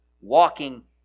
walking